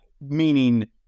meaning